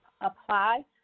apply